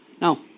Now